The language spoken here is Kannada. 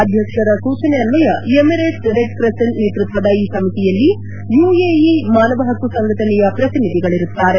ಅಧ್ಯಕ್ಷರ ಸೂಚನೆ ಅನ್ವಯ ಎಮಿರೇಟ್ಸ್ ರೆಡ್ ಕ್ರೆಸೆಂಟ್ ನೇತೃತ್ವದ ಈ ಸಮಿತಿಯಲ್ಲಿ ಯುಎಇ ಮಾನವ ಹಕ್ಕು ಸಂಘಟನೆಯ ಪ್ರತಿನಿಧಿಗಳಿರುತ್ತಾರೆ